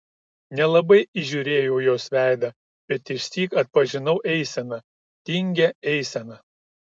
nelabai įžiūrėjau jos veidą bet išsyk atpažinau eiseną tingią eiseną